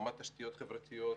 הקמת תשתיות חברתיות,